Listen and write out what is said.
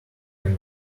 can